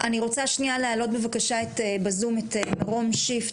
אני רוצה שנייה להעלות בבקשה בזום את מירום שיף,